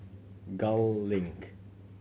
Gul Link